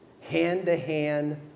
hand-to-hand